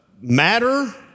matter